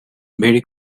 very